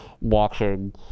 watching